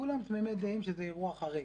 כולם תמימי דעים שזה אירוע חריג.